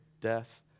death